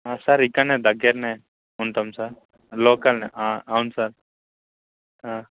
sir ఇక్కడ దగ్గరనే ఉంటాం సార్ లోకల్ అవును సార్